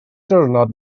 diwrnod